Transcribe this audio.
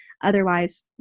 otherwise